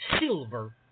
silver